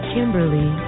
Kimberly